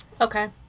Okay